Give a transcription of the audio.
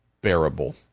bearable